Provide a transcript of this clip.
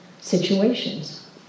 situations